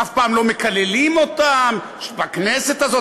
אף פעם לא מקללים אותם, בכנסת הזאת.